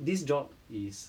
this job is